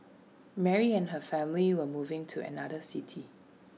Mary and her family were moving to another city